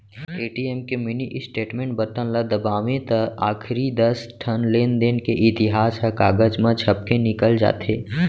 ATM के mini statement button ल दबावें त आखरी दस ठन लेनदेन के इतिहास ह कागज म छपके निकल जाथे